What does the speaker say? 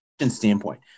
standpoint